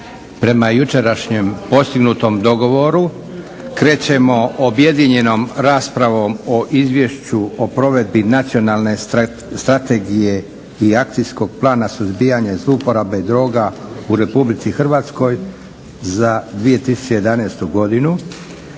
Prema jučerašnjem postignutom dogovoru krećemo s objedinjenom raspravom o - Izvješće o provedbi Nacionalne strategije i Akcijskog plana suzbijanja zlouporabe droga u Republici Hrvatskoj za 2011. godinu